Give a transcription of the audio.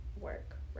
work